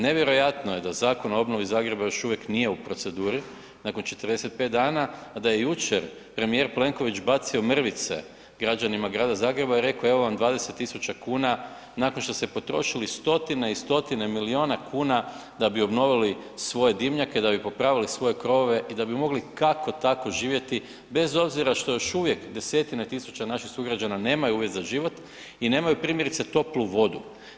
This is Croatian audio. Nevjerojatno je da zakon o obnovi Zagreba još uvijek nije u proceduri nakon 45 dana, a da je jučer premijer Plenković bacio mrvice građanima grada Zagreba i rekao evo vam 20.000 kuna nakon što ste potrošili stotine i stotine milijuna kuna da bi obnovili svoje dimnjake, da bi popravili svoje krovove i da bi mogli kako tako živjeti bez obzira što još uvije desetine tisuća naših sugrađana nemaju uvjete za život i nemaju primjerice toplu vodu.